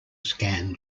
scan